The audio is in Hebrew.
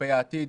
כלפי העתיד